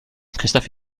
christophe